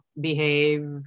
behave